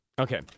Okay